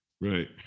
Right